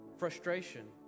frustration